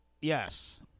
Yes